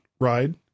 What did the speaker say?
ride